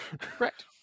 Correct